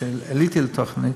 כשעליתי לתוכנית,